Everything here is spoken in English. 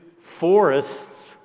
forests